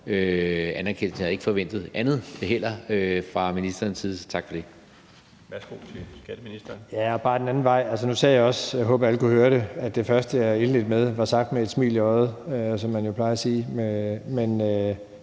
anerkendelsen. Jeg havde heller ikke forventet andet fra ministerens side, så tak for det.